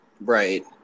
Right